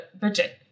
budget